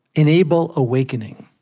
enable awakening.